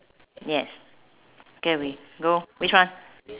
yes can go which one